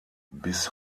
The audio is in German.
bis